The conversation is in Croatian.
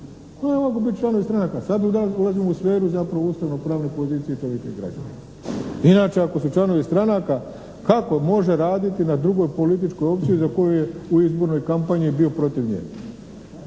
Ne mogu biti članovi stranaka. Sada ulazimo u sferu zapravo ustavno-pravne pozicije čovjeka i građanina. Inače ako su članovi stranaka kako može raditi na drugoj političkoj opciji za koju je u izbornoj kampanji bio protiv nje.